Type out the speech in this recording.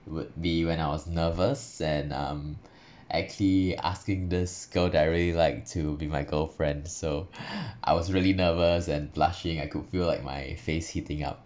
would be when I was nervous and um actually asking this girl that I really like to be my girlfriend so I was really nervous and blushing I could feel like my face heating up